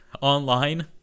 online